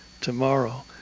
tomorrow